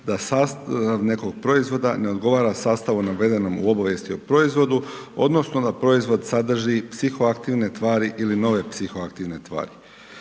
da sastav nekog proizvoda, ne odgovara sastavu navedenom u obavijesti o proizvodu, odnosno, da proizvod sadrži psihoaktivne tvari ili nove psihoaktivne tvari.